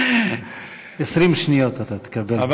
20 שניות אתה תקבל מתנה.